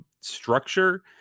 structure